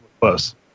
Close